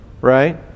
Right